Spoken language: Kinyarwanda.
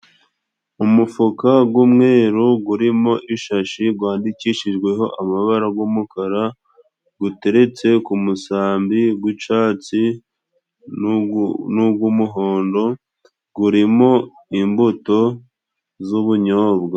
Umufuka g'umweru gurimo ishashi, gwandikishijweho amabara g'umukara guteretse ku musambi gw'icatsi nug'umuhondo gurimo imbuto z'ubunyobwa.